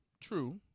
True